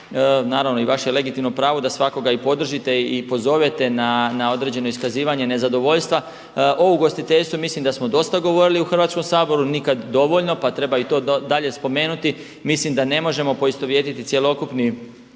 naravno i vaše je legitimno pravo da svakako i podržite i pozovete na određeno iskazivanje nezadovoljstva. O ugostiteljstvu mislim da smo dosta govorili u Hrvatskom saboru, nikada dovoljno, pa treba i to dalje spomenuti. Mislim da ne možemo poistovjetiti cjelokupni